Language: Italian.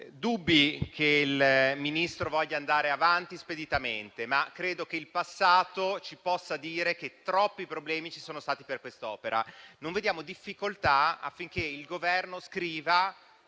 dubbi che il Ministro voglia andare avanti speditamente. Ma credo che il passato ci possa dire che troppi problemi ci sono stati per quest'opera: non vediamo difficoltà rispetto al fatto il Governo scriva